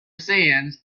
sands